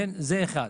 זה דבר ראשון.